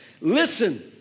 listen